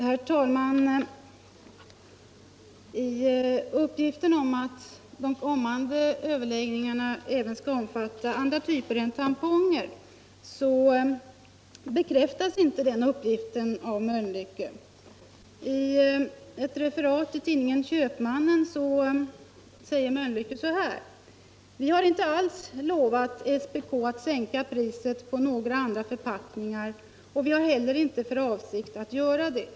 Herr talman! Uppgiften om att de kommande överläggningarna även Onsdagen den skall omfatta andra typer än tamponger bekräftas inte av Mölnlycke. 26 februari 1975 I ett referat i tidningen Köpmannen säger Mölnlycke: ”Vi har inte alls lovat SPK att sänka priset på några andra förpackningar = Produktion av --- och vi har i dag inte heller för avsikt att göra det.